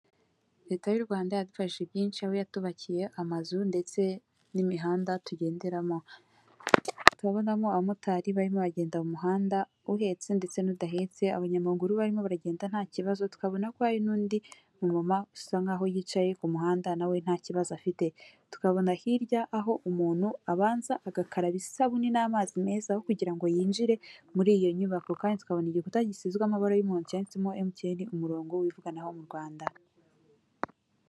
Leta y'u Rwanda yadufasheshije byinshi aho yatubakiye amazu ndetse n'imihanda tugenderamo turabonamo abamotari barimo bagenda mu muhanda uhetse ndetse n'udahetse, abanyamaguru barimo baragenda ntakibazo tukabona ko hari n'undi inyuma usa nk'aho yicaye ku muhanda nawe ntakibazo afite tukabona hirya aho umuntu abanza agakaraba isabune n'amazi meza kugira ngo yinjire muri iyo nyubako kandi tukabona igikuta gisizwe amabara y'umuhondo cyanditseho emutiyeni umurongo w'itumanaho mu Rwanda.